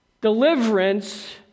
Deliverance